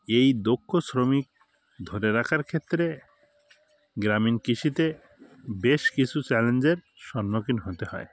এই দক্ষ শ্রমিক ধরে রাখার ক্ষেত্রে গ্রামীণ কৃষিতে বেশ কিছু চ্যালেঞ্জের সন্মুখীন হতে হয়